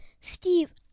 Steve